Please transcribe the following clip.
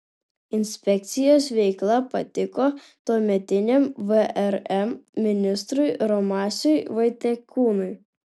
inspekcijos veikla patiko tuometiniam vrm ministrui romasiui vaitekūnui